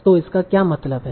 तों इससे क्या मतलब है